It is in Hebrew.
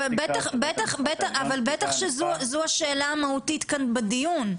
יש פסיקה --- אבל בטח שזו השאלה המהותית כאן בדיון.